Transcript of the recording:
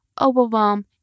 overwhelm